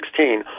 2016